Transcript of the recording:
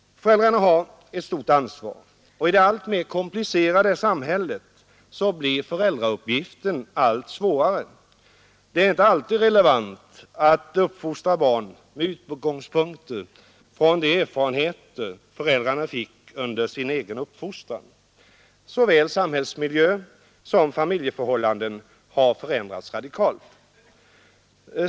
Föräldrarna har ett stort ansvar, och i det alltmer komplicerade samhället blir föräldrauppgiften allt svårare. Det är inte alltid relevant att uppfostra barn med utgångspunkt i de erfarenheter föräldrarna fick under sin egen uppfostran. Såväl samhällsmiljö som familjeförhållanden har förändrats radikalt.